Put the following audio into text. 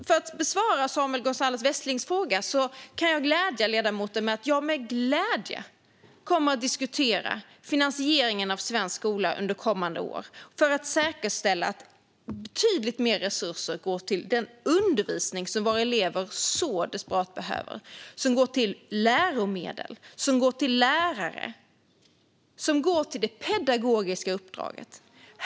För att besvara Samuel Gonzalez Westlings fråga kan jag glädja ledamoten med att jag med glädje kommer att diskutera finansieringen av svensk skola under kommande år för att säkerställa att betydligt mer resurser går till den undervisning som våra elever så desperat behöver, till läromedel, till lärare och till det pedagogiska uppdraget.